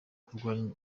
kurwanya